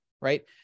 right